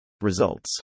Results